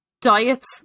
Diets